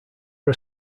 are